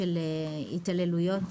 התעללויות,